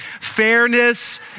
Fairness